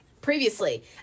Previously